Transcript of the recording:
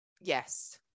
yes